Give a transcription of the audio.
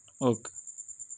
okay